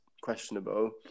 questionable